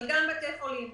אבל גם בבתי חולים.